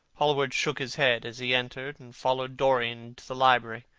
hallward shook his head, as he entered, and followed dorian into the library.